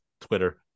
Twitter